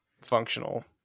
functional